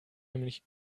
nämlich